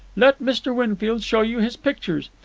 let mr. winfield show you his pictures.